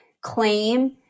claim